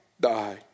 die